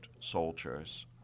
soldiers